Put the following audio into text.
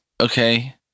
Okay